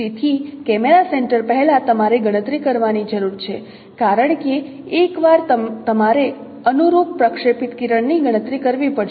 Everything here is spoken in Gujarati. તેથી કેમેરા સેન્ટર પહેલા તમારે ગણતરી કરવાની જરૂર છે કારણ કે એકવાર તમારે અનુરૂપ પ્રક્ષેપિત કિરણની ગણતરી કરવી પડશે